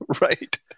Right